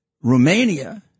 Romania